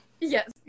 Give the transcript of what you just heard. Yes